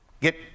get